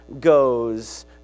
goes